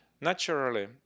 Naturally